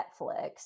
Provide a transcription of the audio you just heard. Netflix